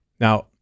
Now